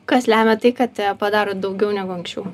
kas lemia tai kad padaro daugiau negu anksčiau